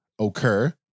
occur